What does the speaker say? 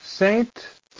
Saint